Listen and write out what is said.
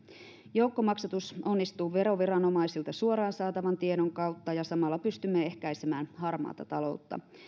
joukkomaksatus onnistuu veroviranomaisilta suoraan saatavan tiedon kautta ja samalla pystymme ehkäisemään harmaata taloutta